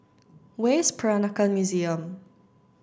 where is Peranakan Museum